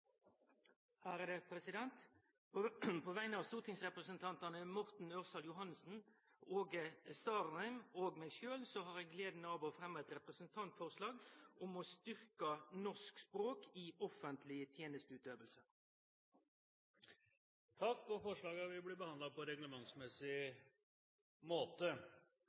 et representantforslag. På vegner av stortingsrepresentantane Morten Ørsal Johansen, Åge Starheim og meg sjølv har eg gleda av å fremme eit representantforslag om å styrke norsk språk i offentleg tenesteutøving. Forslagene vil bli behandlet på reglementsmessig måte.